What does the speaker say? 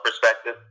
perspective